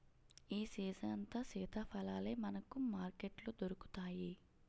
ఈ సీజనంతా సీతాఫలాలే మనకు మార్కెట్లో దొరుకుతాయి